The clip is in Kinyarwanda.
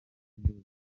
w’indege